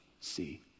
see